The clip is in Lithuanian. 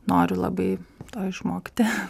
noriu labai to išmokti